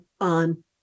on